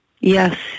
Yes